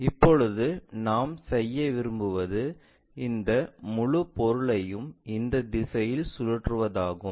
இப்போது நாம் செய்ய விரும்புவது இந்த முழுப் பொருளையும் இந்த திசையில் சுழற்றுவதாகும்